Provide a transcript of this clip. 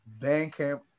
Bandcamp